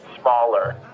smaller